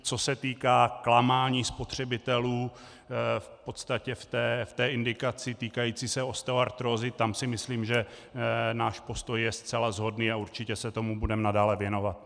Co se týká klamání spotřebitelů v podstatě v té indikaci týkající se osteoartrózy, tam si myslím, že náš postoj je zcela shodný, a určitě se tomu budeme nadále věnovat.